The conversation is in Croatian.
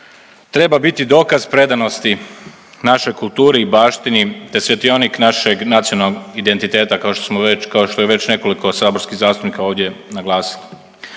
treba biti dokaz predanosti našoj kulturi i baštini te svjetionik našeg nacionalnog identiteta kao što smo već, kao što je već nekoliko saborskih zastupnika ovdje naglasilo.